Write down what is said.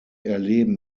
erleben